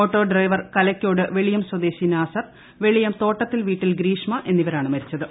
auto driver Kalakkode Veliyam സ്വദേശി നാസർ വെളിയം തോട്ടത്തിൽ വീട്ടിൽ ഗ്രീഷ്മ എന്നിവരാണ് മരിച്ചത്